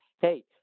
hey